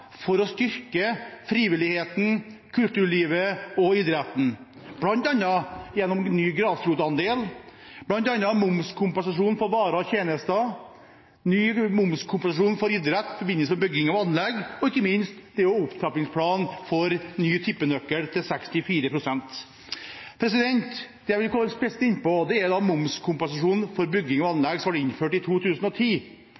for å styrke frivilligheten, kulturlivet og idretten, bl.a. gjennom ny grasrotandel, momskompensasjon for varer og tjenester, ny momskompensasjon for idrett i forbindelse med bygging av anlegg og ikke minst opptrappingsplan for ny tippenøkkel til 64 pst. Det jeg vil komme spesielt inn på, gjelder momskompensasjon for bygging av anlegg, som ble innført i 2010.